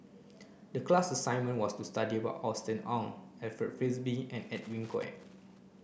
the class assignment was to study about Austen Ong Alfred Frisby and Edwin Koek